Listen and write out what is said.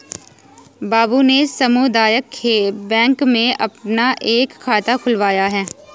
बाबू ने सामुदायिक बैंक में अपना एक खाता खुलवाया है